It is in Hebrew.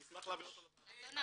אני אשמח להעביר אותו לוועדה.